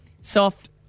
Soft